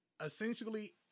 essentially